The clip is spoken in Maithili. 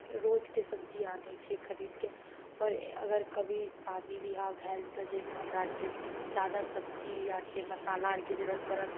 रोजके सब्जी आनय छियै खरीदके पर अगर कभी शादी बियाह भेल तऽ जइमे हमरा आरके जादा सब्जी आरके मसाला आरके जरूरत पड़ल